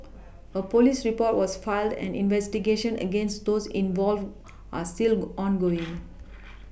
a police report was filed and investigations against those involved are still go ongoing